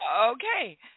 Okay